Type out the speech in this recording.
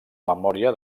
memòria